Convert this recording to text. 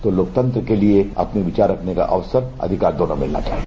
तो लोकतंत्र के लिए अपने विचार रखने का अवसर और अधिकर दोनों मिलना चाहिए